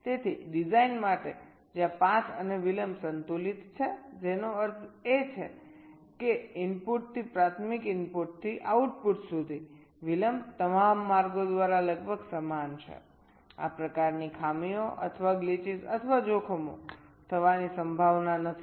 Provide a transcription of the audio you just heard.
તેથી ડિઝાઇન માટે જ્યાં પાથ અને વિલંબ સંતુલિત છે જેનો અર્થ છે કે ઇનપુટથી પ્રાથમિક ઇનપુટથી આઉટપુટ સુધી વિલંબ તમામ માર્ગો દ્વારા લગભગ સમાન છે આ પ્રકારની ખામીઓ અથવા હાજાર્ડ થવાની સંભાવના નથી